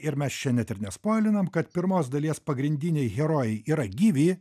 ir mes čia ne ir nespoilinam kad pirmos dalies pagrindiniai herojai yra gyvi